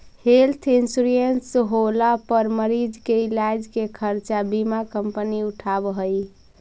health insurance होला पर मरीज के इलाज के खर्चा बीमा कंपनी उठावऽ हई